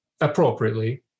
appropriately